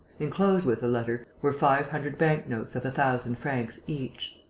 enclosed with the letter were five hundred bank-notes of a thousand francs each.